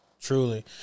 Truly